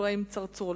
אברהים צרצור,